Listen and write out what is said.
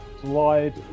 slide